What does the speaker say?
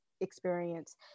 experience